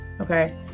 okay